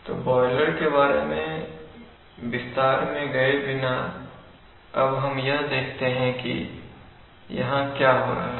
तो बॉयलर के बारे में ज्यादा विस्तार मैं गए बिना अब हम यह देखते हैं कि यहां क्या हो रहा है